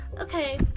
Okay